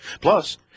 Plus